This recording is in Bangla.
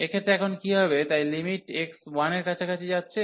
এক্ষেত্রে এখন কী হবে তাই লিমিট x 1 এর কাছাকাছি যাচ্ছে